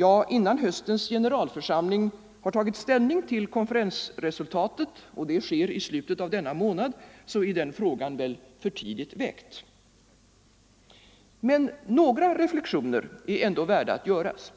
Ja, innan höstens generalförsamling i slutet av denna månad tar ställning till konferensresultatet är den frågan väl för tidigt väckt. Men några reflexioner är ändå värda att göras.